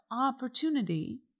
opportunity